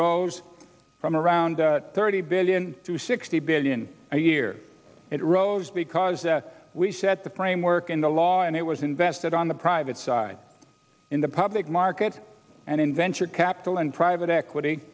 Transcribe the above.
rose from around thirty billion to sixty billion a year it rose because we set the framework into law and it was invested on the private side in the public market and in venture capital and private equity